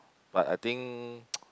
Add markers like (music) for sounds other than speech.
but I think (noise)